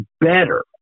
better